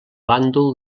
bàndol